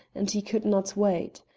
and he could not wait.